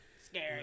Scary